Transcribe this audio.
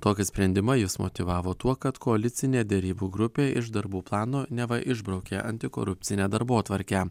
tokį sprendimą jis motyvavo tuo kad koalicinė derybų grupė iš darbų plano neva išbraukė antikorupcinę darbotvarkę